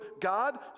God